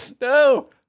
No